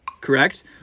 Correct